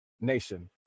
nation